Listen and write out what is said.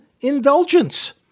Indulgence